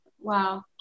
Wow